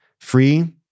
free